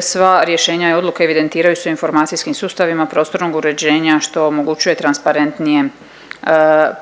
sva rješenja i odluke evidentiraju se u informacijskim sustavima prostornog uređenja, što omogućuje transparentnije